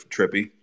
Trippy